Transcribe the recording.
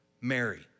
Mary